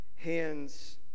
hands